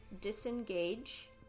disengage